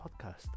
podcast